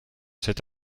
cet